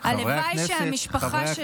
חברי הכנסת,